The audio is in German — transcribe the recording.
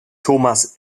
thomas